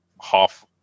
half